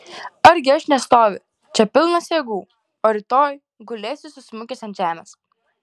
argi aš nestoviu čia pilnas jėgų o rytoj gulėsiu susmukęs ant žemės